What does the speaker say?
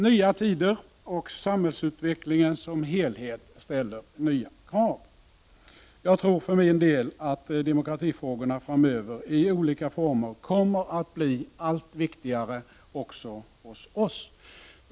Nya tider och samhällsutvecklingen i dess helhet ställer nya krav. Jag tror för min del att demokratifrågorna framöver i olika former kommer att bli allt viktigare också hos oss.